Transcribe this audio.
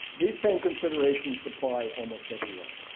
these same considerations apply almost everywhere.